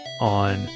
on